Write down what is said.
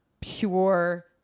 pure